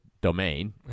domain